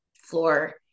floor